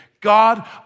God